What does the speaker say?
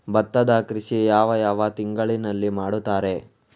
ಭತ್ತದ ಕೃಷಿ ಯಾವ ಯಾವ ತಿಂಗಳಿನಲ್ಲಿ ಮಾಡುತ್ತಾರೆ?